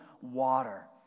water